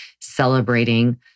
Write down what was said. celebrating